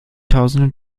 tausenden